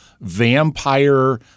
vampire